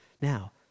Now